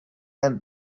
and